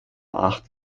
acht